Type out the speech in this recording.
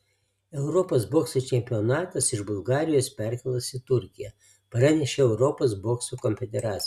europos bokso čempionatas iš bulgarijos perkeltas į turkiją pranešė europos bokso konfederacija